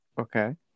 Okay